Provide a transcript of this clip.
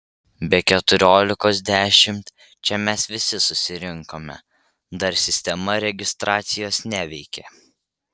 be keturiolikos dešimt čia mes visi susirinkome dar sistema registracijos neveikė